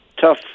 tough